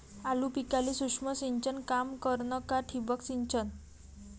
आलू पिकाले सूक्ष्म सिंचन काम करन का ठिबक सिंचन?